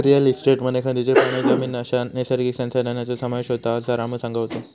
real इस्टेटमध्ये खनिजे, पाणी, जमीन अश्या नैसर्गिक संसाधनांचो समावेश होता, असा रामू सांगा होतो